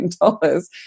dollars